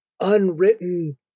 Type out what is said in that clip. unwritten